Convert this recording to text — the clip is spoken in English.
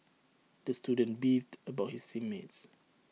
the student beefed about his team mates